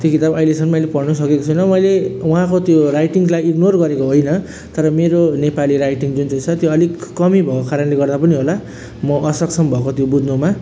त्यो किताब अहिलेसम्म मैले पढ्नसकेको छैन मैले उहाँको त्यो राइटिङलाई इग्नोर गरेको होइन तर मेरो नेपाली राइटिङ जुन चाहिँ छ त्यो अलिक कमी भएको कारणले गर्दा पनि होला म असक्षम भएको त्यो बुझ्नुमा